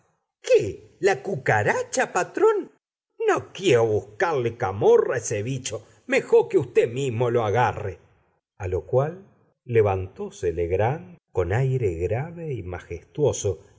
qué la cucaracha patrón no quío buscale camorra a ese bicho mejó que uté mimo lo agarre a lo cual levantóse legrand con aire grave y majestuoso